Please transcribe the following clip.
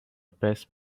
passed